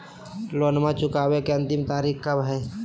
लोनमा चुकबे के अंतिम तारीख कब हय?